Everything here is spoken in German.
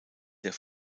der